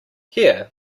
here